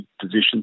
position